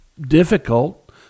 difficult